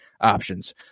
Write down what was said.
options